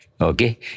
Okay